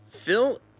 Phil